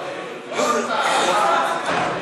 יש כמה שישמחו אם תשלח אותו לשם.